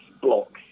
blocks